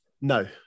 No